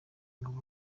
baganga